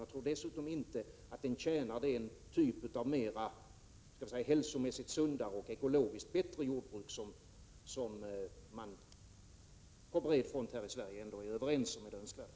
Jag tror dessutom inte att den tjänar den typ av mer hälsomässigt sundare och ekologiskt bättre jordbruk som man på bred front här i Sverige ändå är överens om är det önskvärda.